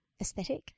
aesthetic